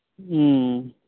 ᱦᱮᱸ